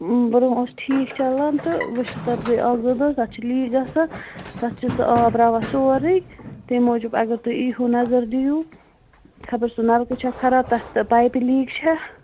برٛونٛہہ اوس ٹھیٖک چَلان تہٕ وۅنۍ چھُ تتھ گٔے اکھ زِٕ دۄہ تتھ چھُ لیٖک گَژھان تتھ چھُ سُہ آب راوان سورُے تَمہِ موٗجوٗب اگر تُہۍ ییٖہِوٗ نظر دیٖہِوٗ خَبر سُہ نَلکہٕ چھا خراب تتھ پایپہِ لیٖک چھا